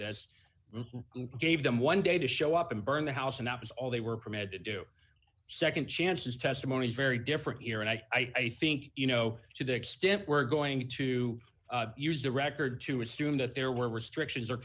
that gave them one day to show up and burn the house and that was all they were permitted to do nd chances testimony is very different here and i think you know to the extent we're going to use the record to assume that there were restrictions or